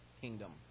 kingdom